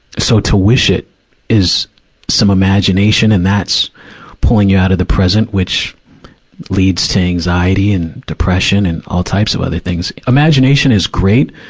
so to wish it is some imagination. and that's pulling you out of the present, which lead to anxiety and depression and all types of other things. imagination is great,